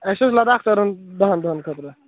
اَسہِ اوس لداخ ترُن دہن دۄہن خأطرٕ